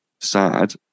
sad